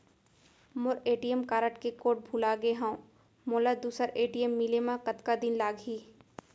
मोर ATM card के code भुला गे हव, मोला दूसर ए.टी.एम मिले म कतका दिन लागही?